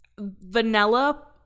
vanilla